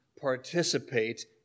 participate